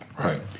Right